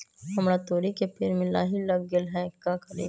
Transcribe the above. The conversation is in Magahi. हमरा तोरी के पेड़ में लाही लग गेल है का करी?